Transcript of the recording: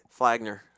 Flagner